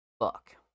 Fuck